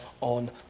on